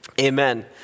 Amen